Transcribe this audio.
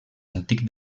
antic